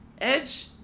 Edge